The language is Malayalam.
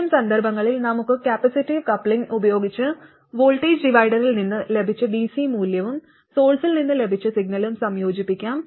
അത്തരം സന്ദർഭങ്ങളിൽ നമുക്ക് കപ്പാസിറ്റീവ് കപ്ലിംഗ് ഉപയോഗിച്ച് വോൾട്ടേജ് ഡിവൈഡറിൽ നിന്ന് ലഭിച്ച dc മൂല്യവും സോഴ്സിൽ നിന്ന് ലഭിച്ച സിഗ്നലും സംയോജിപ്പിക്കാം